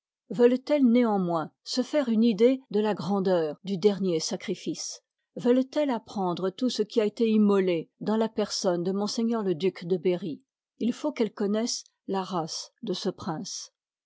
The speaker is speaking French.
veulent-elles néanmoins se faire une idée de la grandeur du dernier sacrifice veulent-elles apprendre tout ce qui a été immolé dans la personne de ms le duc de berry il faut qu'elles connoissent la race de ce prince